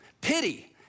pity